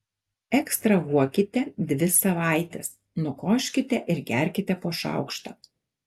ekstrahuokite dvi savaites nukoškite ir gerkite po šaukštą